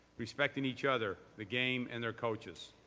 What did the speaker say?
respecting each other, the game, and their coaches.